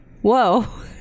whoa